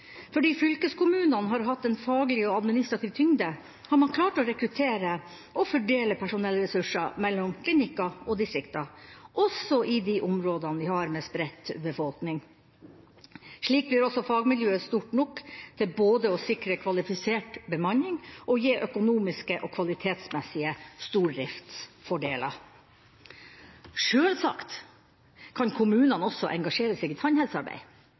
Fordi fylkeskommunene har hatt en faglig og administrativ tyngde, har man klart å rekruttere og fordele personellressurser mellom klinikker og distrikter – også i områder med spredt befolkning. Slik blir også fagmiljøet stort nok til både å sikre kvalifisert bemanning og gi økonomiske og kvalitetsmessige stordriftsfordeler. Sjølsagt kan kommunene også engasjere seg i tannhelsearbeid.